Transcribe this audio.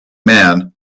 man